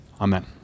Amen